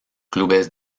clubes